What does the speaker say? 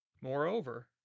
Moreover